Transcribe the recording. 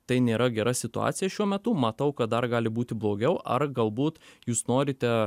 tai nėra gera situacija šiuo metu matau kad dar gali būti blogiau ar galbūt jūs norite